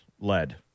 led